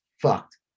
fucked